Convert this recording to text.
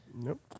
Nope